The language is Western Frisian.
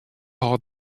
hâldt